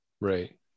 Right